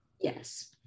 Yes